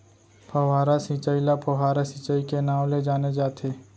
फव्हारा सिंचई ल फोहारा सिंचई के नाँव ले जाने जाथे